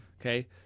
Okay